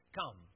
come